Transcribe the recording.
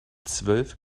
zwölf